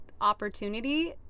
opportunity